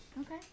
Okay